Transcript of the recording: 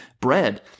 Bread